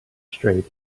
straight